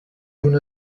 una